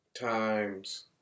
times